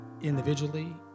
Individually